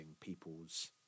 people's